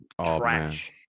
trash